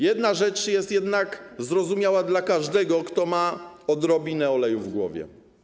Jedna rzecz jest jednak zrozumiała dla każdego, kto ma odrobinę oleju w głowie.